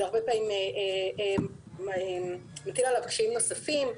זה הרבה פעמים כרוך בקשיים נוספים.